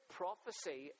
prophecy